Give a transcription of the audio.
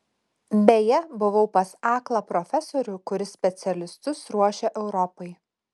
beje buvau pas aklą profesorių kuris specialistus ruošia europai